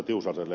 tiusaselle